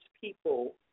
people